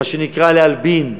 מה שנקרא להלבין,